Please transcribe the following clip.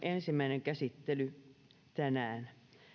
ensimmäinen käsittely tänään